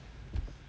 mm